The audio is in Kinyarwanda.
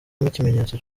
nk’ikimenyetso